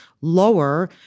lower